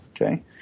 Okay